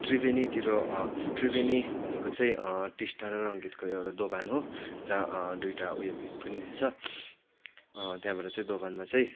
त्रिवेणीतिर त्रिवेणी भनेको चाहिँ टिस्टा र रङ्गीतको एउटा दोभान हो जहाँ दुइटा उयो भेट पनि हुन्छ त्यहाँबाट चाहिँ दोभानमा चाहिँ